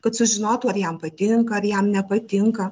kad sužinotų ar jam patinka ar jam nepatinka